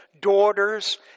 Daughters